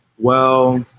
well,